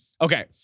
Okay